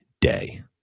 day